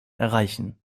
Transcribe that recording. erreichen